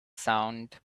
sound